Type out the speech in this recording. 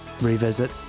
revisit